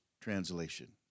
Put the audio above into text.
translation